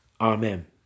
Amen